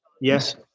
Yes